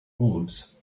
wolves